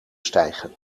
stijgen